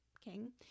king